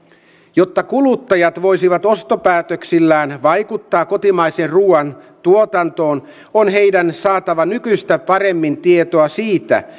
jotta kuluttajat voisivat ostopäätöksillään vaikuttaa kotimaisen ruuan tuotantoon on heidän saatava nykyistä paremmin tietoa siitä